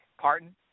pardon